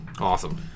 awesome